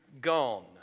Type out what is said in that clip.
gone